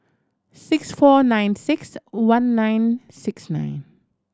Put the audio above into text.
six four nine six one nine six nine